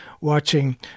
watching